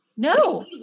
No